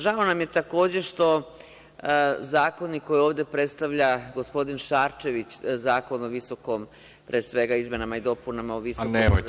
Žao nam je takođe što zakoni koje ovde predstavlja gospodin Šarčević, Zakon o visokom, pre svega izmenama i dopunama o visokom obrazovanju